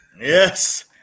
yes